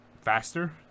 faster